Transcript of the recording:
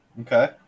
Okay